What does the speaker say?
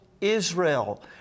Israel